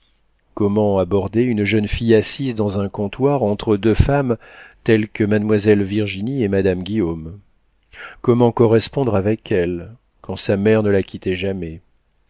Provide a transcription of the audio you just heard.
comment aborder une jeune fille assise dans un comptoir entre deux femmes telles que mademoiselle virginie et madame guillaume comment correspondre avec elle quand sa mère ne la quittait jamais